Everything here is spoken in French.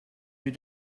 lieu